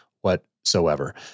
whatsoever